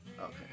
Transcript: okay